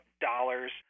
dollars